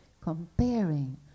comparing